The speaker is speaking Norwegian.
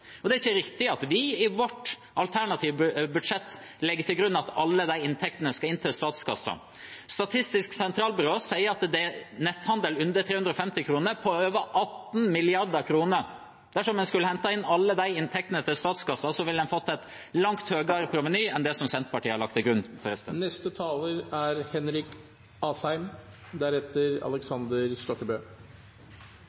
Det er ikke riktig at vi i vårt alternative budsjett legger til grunn at alle disse inntektene skal inn til statskassa. Statistisk sentralbyrå sier at netthandel under 350 kr er på over 18 mrd. kr. Dersom en skulle hentet inn alle de inntektene til statskassa, ville en fått et langt høyere proveny enn det Senterpartiet har lagt til grunn.